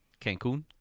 Cancun